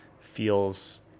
feels